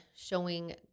showing